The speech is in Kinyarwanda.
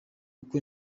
uko